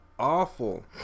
Awful